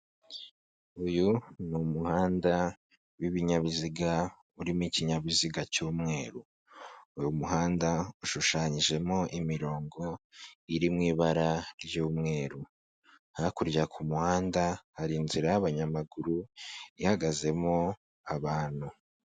Uyu ni umuhanda w'ibinyabiziga, urimo ikinyabiziga cy'umweru. Uyu muhanda ushushanyijemo imirongo iri mu ibara ry'umweru. Hakurya ku muhanda hari inzira y'abanyamaguru ihagazemo abantu.